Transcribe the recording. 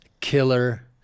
killer